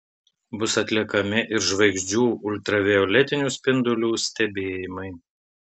bus atliekami ir žvaigždžių ultravioletinių spindulių stebėjimai